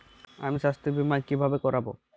আমি স্বাস্থ্য বিমা কিভাবে করাব?